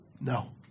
No